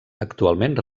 actualment